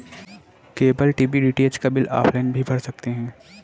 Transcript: cable TV DTH का bill offline भी भर सकते हैं